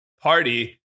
party